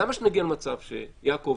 למה שנגיע למצב שיעקב